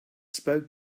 spoke